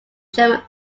german